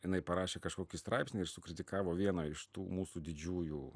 jinai parašė kažkokį straipsnį ir sukritikavo vieną iš tų mūsų didžiųjų